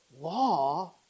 law